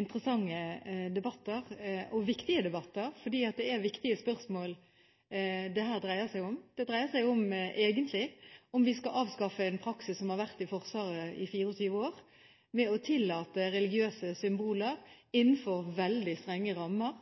interessante debatter og viktige debatter, fordi det er viktige spørsmål dette dreier seg om. Det dreier seg egentlig om hvorvidt vi skal avskaffe en praksis som har vært i Forsvaret i 24 år, ved å tillate religiøse symboler innenfor veldig strenge rammer,